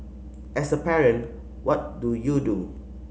as a parent what do you do